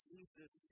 Jesus